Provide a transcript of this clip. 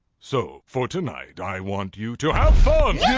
so, for tonight i want you. to have fun! yeah